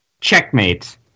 Checkmate